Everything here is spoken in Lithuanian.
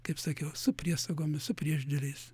kaip sakiau su priesagomis su priešdėliais